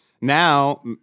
now